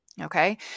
Okay